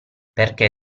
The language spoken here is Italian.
perché